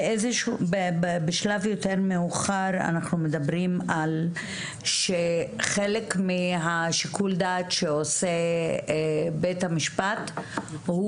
בשלב יותר מאוחר אנחנו מדברים על שחלק משיקול הדעת שעושה בית המשפט הוא